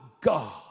God